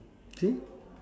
see